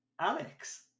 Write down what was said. Alex